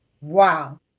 Wow